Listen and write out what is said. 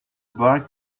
bar